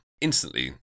instantly